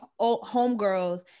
homegirls